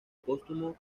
póstumo